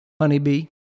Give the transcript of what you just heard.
honeybee